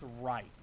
right